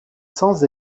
sans